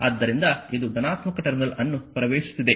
ಆದ್ದರಿಂದ ಇದು ಧನಾತ್ಮಕ ಟರ್ಮಿನಲ್ ಅನ್ನು ಪ್ರವೇಶಿಸುತ್ತಿದೆ